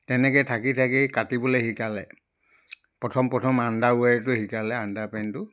তেনেকৈ থাকি থাকি কাটিবলৈ শিকালে প্ৰথম প্ৰথম আণ্ডাৰৱেৰটো শিকালে আণ্ডাৰপেণ্টটো